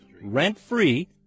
rent-free